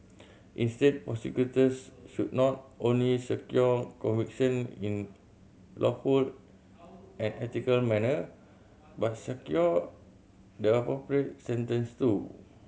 instead prosecutors should not only secure conviction in lawful and ethical manner but secure the appropriate sentence too